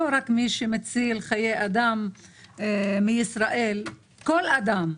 לא רק מי שמציל חיי אדם מישראל כל אדם.